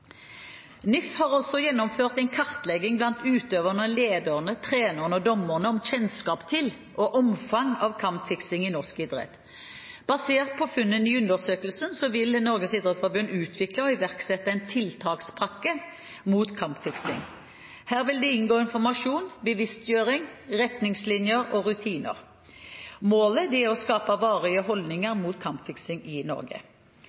NIF har også gjennomført en kartlegging blant utøverne, lederne, trenerne og dommerne om kjennskap til og omfanget av kampfiksing i norsk idrett. Basert på funnene i undersøkelsen vil Norges idrettsforbund utvikle og iverksette en tiltakspakke mot kampfiksing. Her vil det inngå informasjon, bevisstgjøring, retningslinjer og rutiner. Målet er å skape varige holdninger mot kampfiksing i Norge.